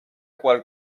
qual